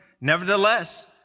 Nevertheless